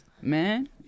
man